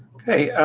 okay,